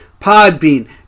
Podbean